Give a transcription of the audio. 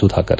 Sudhakar